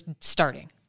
starting